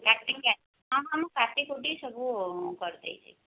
କାଟିକି ହଁ ହଁ ମୁଁ କାଟିକୁଟି ସବୁ କରିଦେଇଛି